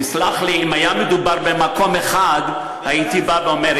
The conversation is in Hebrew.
תסלח לי, אם היה מדובר במקום אחד, הייתי בא ואומר.